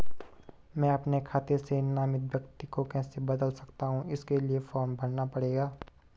मैं अपने खाते से नामित व्यक्ति को कैसे बदल सकता हूँ इसके लिए फॉर्म भरना पड़ेगा?